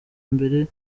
mbere